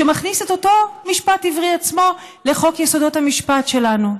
שמכניס את אותו משפט עברי עצמו לחוק יסודות המשפט שלנו.